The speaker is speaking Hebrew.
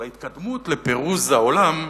אבל ההתקדמות לפירוז העולם,